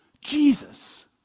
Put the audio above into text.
Jesus